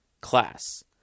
class